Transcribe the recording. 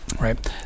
right